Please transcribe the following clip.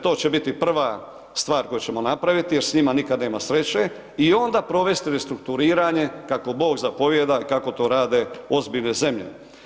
To će biti prva stvar koju ćemo napraviti jer s njima nikad nema sreće i onda provesti restrukturiranje kako Bog zapovijeda i kako to rade ozbiljne zemlje.